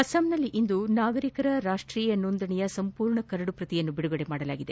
ಅಸ್ವಾಂನಲ್ಲಿಂದು ನಾಗರಿಕರ ರಾಷ್ಲೀಯ ನೋಂದಣಿಯ ಸಂಪೂರ್ಣ ಕರಡನ್ನು ಬಿಡುಗಡೆ ಮಾಡಲಾಗಿದೆ